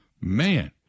man